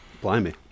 Blimey